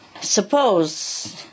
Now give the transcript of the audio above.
suppose